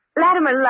Latimer